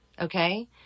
okay